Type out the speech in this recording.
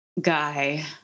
guy